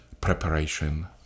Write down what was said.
preparation